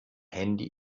handy